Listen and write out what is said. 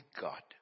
God